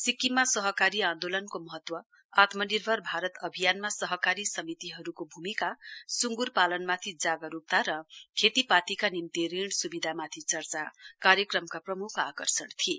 सिक्किममा सहकारी आन्दोलनको महत्व आत्मनिर्भर भारत अभियानमा सहकारी समितिहरूको भूमिका सुंगुर पालनमाथि जागरूकता र खेतीपातीका निम्ति ऋण सुविधामाथि चर्चा कार्यक्रमका प्रमुख आकर्षण थिए